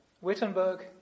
Wittenberg